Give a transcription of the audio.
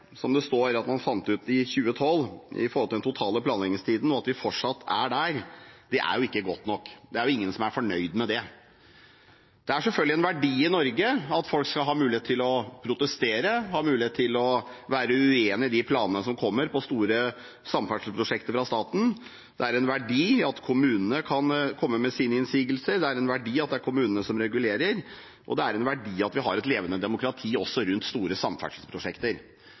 som det står at man fant ut i 2012 at den totale planleggingstiden var, og det at vi fortsatt er der, er ikke godt nok. Det er ingen som er fornøyd med det. Det er selvfølgelig en verdi i Norge at folk skal ha mulighet til å protestere, ha mulighet til å være uenige i de planene som kommer på store samferdselsprosjekter fra staten. Det er en verdi at kommunene kan komme med sine innsigelser. Det er en verdi at det er kommunene som regulerer. Og det er en verdi at vi har et levende demokrati også rundt store samferdselsprosjekter.